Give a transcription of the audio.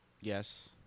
Yes